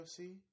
UFC